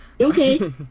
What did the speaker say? Okay